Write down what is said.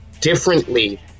differently